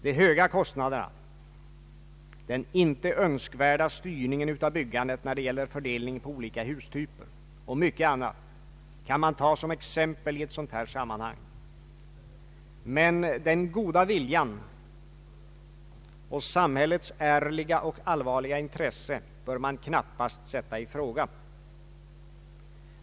De höga kostnaderna, den inte önskvärda styrningen av byggandet när det gäller fördelning på olika hustyper och mycket annat, kan man ta som exempel i ett sådant här sammanhang, men den goda viljan och samhällets ärliga och allvarliga intresse bör man knappast sätta i fråga.